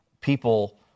people